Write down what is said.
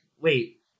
wait